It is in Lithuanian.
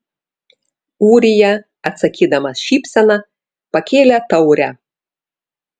ūrija atsakydamas šypsena pakėlė taurę